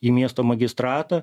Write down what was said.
į miesto magistratą